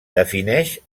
defineix